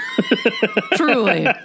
Truly